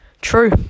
True